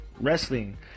wrestling